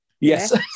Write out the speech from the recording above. Yes